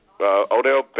Odell